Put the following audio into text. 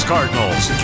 Cardinals